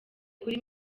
kuri